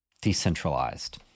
decentralized